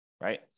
right